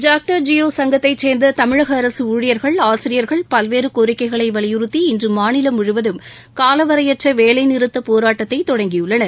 ஜாக்டோ ஜியோ சங்கத்தைச் சேர்ந்த தமிழக அரசு ஊழியர்கள் ஆசிரியர்கள் பல்வேறு கோரிக்கைகளை வலியுறுத்தி இன்று மாநிலம் முழுவதும் காலவரையற்ற வேலை நிறுத்தப் போராட்டத்தை தொடங்கியுள்ளனர்